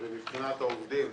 מבחינת העובדים,